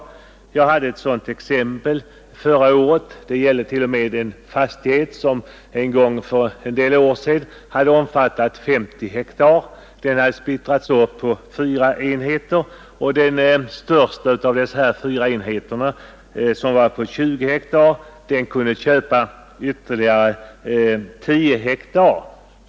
Jag känner till ett sådant fall som inträffade förra året. Det gällde t.o.m. en fastighet som en gång hade omfattat 50 hektar. Den hade splittrats på fyra enheter, och ägaren till den största av dessa, som var på 20 hektar, kunde köpa ytterligare 10 hektar.